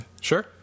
Sure